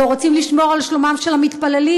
הלוא רוצים לשמור על שלומם של מתפללים,